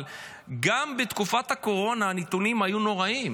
אבל גם בתקופת הקורונה הנתונים היו נוראיים.